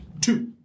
Two